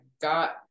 got